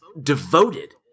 devoted